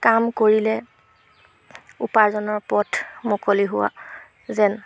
কাম কৰিলে উপাৰ্জনৰ পথ মুকলি হোৱা যেন